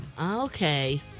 Okay